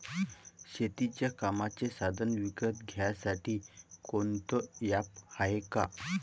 शेतीच्या कामाचे साधनं विकत घ्यासाठी कोनतं ॲप हाये का?